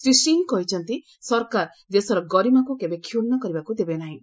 ଶ୍ରୀ ସିଂହ କହିଛନ୍ତି ସରକାର ଦେଶର ଗରିମାକୁ କେବେ କ୍ଷୁଣ୍ଣ କରିବାକୁ ଦେବେ ନାହିଁ